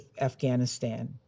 Afghanistan